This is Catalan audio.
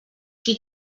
qui